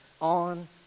on